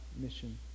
mission